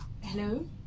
Hello